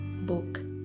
book